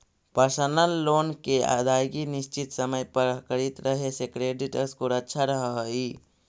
personal loan के अदायगी निश्चित समय पर करित रहे से क्रेडिट स्कोर अच्छा रहऽ हइ